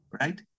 right